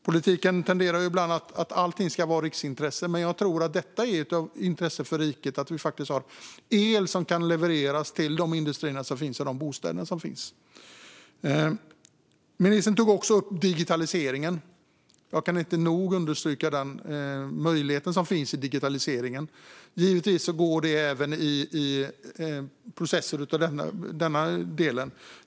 Politiken tenderar ibland att mena att allt ska vara riksintressen, men jag tror att det är av intresse för riket att vi har el som kan levereras till de industrier och bostäder som finns. Ministern tog också upp digitaliseringen. Jag kan inte nog understryka den möjlighet som finns där. Givetvis gäller det även processer i denna del.